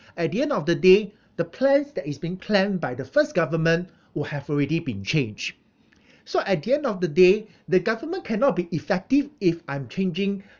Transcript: at the end of the day the plans that is been planned by the first government will have already been changed so at the end of the day the government cannot be effective if I'm changing